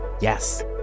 Yes